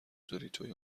دوریتوی